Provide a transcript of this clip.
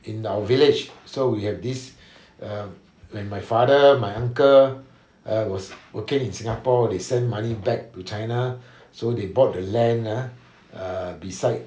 in our village so we have this um when my father my uncle uh was working in singapore they send money back to china so they bought the land ah err beside